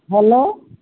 hello